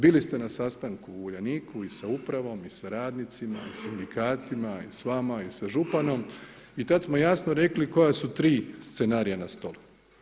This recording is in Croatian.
Bili ste na sastanku sa Uljaniku i sa upravom i sa radnicima i sindikatima i s vama i sa županom i tad smo jasno rekli koja su 3 scenarija na stolu.